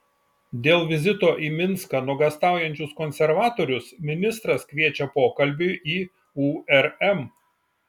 dėl vizito į minską nuogąstaujančius konservatorius ministras kviečia pokalbiui į urm